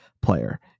player